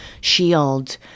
shield